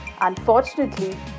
Unfortunately